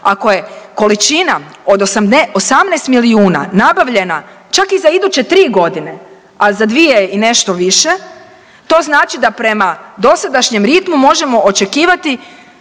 Ako je količina od 18 milijuna nabavljena čak i za iduće tri godine, a za dvije i nešto više, to znači da prema dosadašnjem ritmu možemo očekivati,